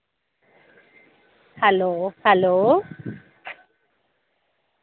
hello hello